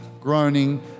groaning